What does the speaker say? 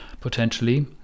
potentially